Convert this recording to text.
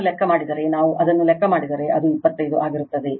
ಅದನ್ನು ಲೆಕ್ಕ ಹಾಕಿದರೆ ನಾವು ಅದನ್ನು ಲೆಕ್ಕ ಹಾಕಿದರೆ ಅದು 25 ಆಗಿರುತ್ತದೆ